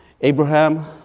Abraham